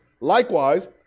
Likewise